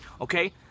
Okay